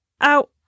out